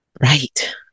Right